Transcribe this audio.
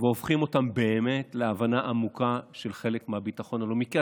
והופכים אותם באמת להבנה עמוקה של חלק מהביטחון הלאומי.